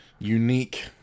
unique